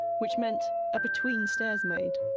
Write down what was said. which meant a between stairs maid,